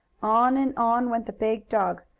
on and on went the big dog.